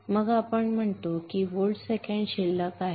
मग आपण म्हणतो की व्होल्ट सेकंद शिल्लक आहे